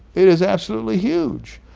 it is absolutely huge.